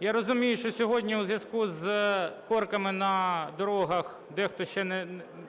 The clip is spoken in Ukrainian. Я розумію, що сьогодні у зв'язку з корками на дорогах дехто ще